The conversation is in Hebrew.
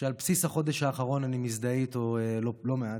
שעל בסיס החודש האחרון אני מזדהה איתו לא מעט,